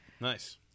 Nice